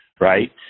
Right